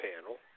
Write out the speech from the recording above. panel